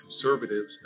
conservatives